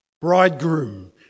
bridegroom